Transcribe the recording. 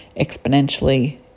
exponentially